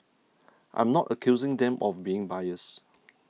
I'm not accusing them of being biased